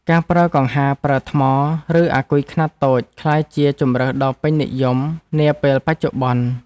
ការប្រើកង្ហារប្រើថ្ម ឬអាគុយខ្នាតតូច ក្លាយជាជម្រើសដ៏ពេញនិយមនាពេលបច្ចុប្បន្ន។